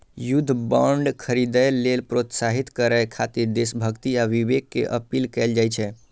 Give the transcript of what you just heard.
युद्ध बांड खरीदै लेल प्रोत्साहित करय खातिर देशभक्ति आ विवेक के अपील कैल जाइ छै